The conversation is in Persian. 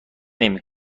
نمی